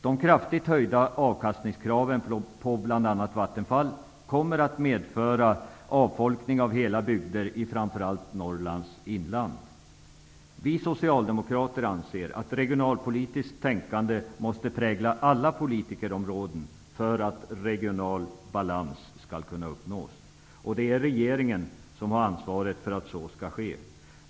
De kraftigt höjda avkastningskraven på bl.a. Vattenfall kommer att medföra avfolkning av hela bygder i framför allt Vi socialdemokrater anser att regionalpolitiskt tänkande måste prägla alla politikområden för att regional balans skall kunna uppnås. Det är regeringen som har ansvaret för att så skall ske.